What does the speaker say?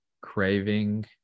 craving